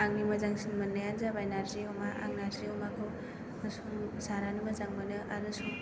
आंनि मोजांसिन मोननायानो जाबाय नारजि अमा आं नारजि अमाखौ जानानै मोजां मोनो आरो सं